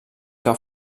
que